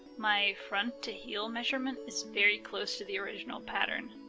my front to heel measurement is very close to the original pattern.